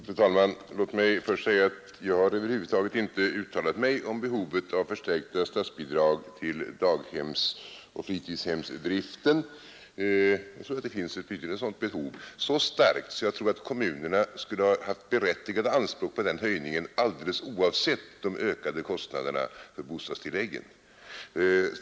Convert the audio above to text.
Fru talman! Låt mig först säga att jag över huvud taget inte har uttalat mig om behovet av förstärkta statsbidrag till daghemsoch fritidshemsdriften. Jag tror att det finns ett sådant behov som är så starkt att kommunerna skulle ha haft berättigade anspråk på den höjningen alldeles oavsett de ökade kostnaderna för bostadstilläggen.